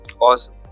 Awesome